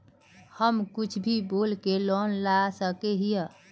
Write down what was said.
हम कुछ भी बोल के लोन ला सके हिये?